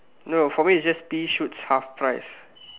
no for me it's just pea shoots half price